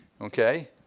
Okay